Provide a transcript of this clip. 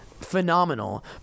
phenomenal